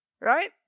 Right